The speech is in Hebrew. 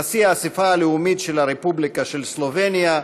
נשיא האספה הלאומית של הרפובליקה של סלובניה,